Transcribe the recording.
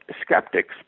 skeptics